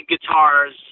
guitars